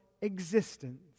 existence